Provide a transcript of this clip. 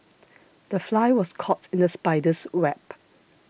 the fly was caught in the spider's web